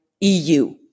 EU